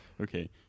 Okay